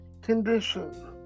condition